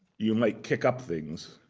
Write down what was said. you might kick up things